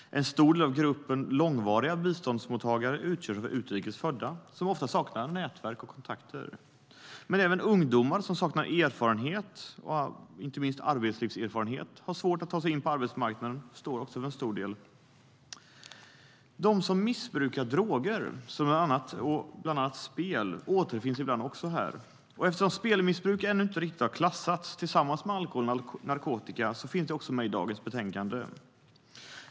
En stor del av gruppen långvariga biståndsmottagare utgörs av utrikes födda, som ofta saknar nätverk och kontakter. Men även ungdomar som saknar erfarenhet, inte minst arbetslivserfarenhet, har svårt att ta sig in på arbetsmarknaden och står också för en stor del. De som missbrukar droger och även spel återfinns ibland här. Eftersom spelmissbruk ännu inte riktigt har klassats tillsammans med alkohol och narkotika finns det också med i dagens betänkande.